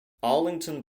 arlington